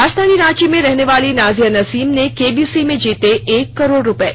राजधानी रांची में रहने वाली नाजिया नसीम ने केबीसी में जीते एक करोड़ रूपये